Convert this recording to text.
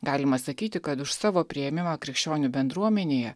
galima sakyti kad už savo priėmimą krikščionių bendruomenėje